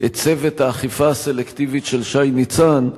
את צוות האכיפה הסלקטיבית של שי ניצן,